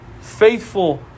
faithful